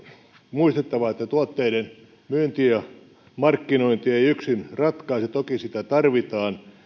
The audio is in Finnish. muistettava että tuotteiden myynti ja markkinointi ei yksin ratkaise toki sitä tarvitaan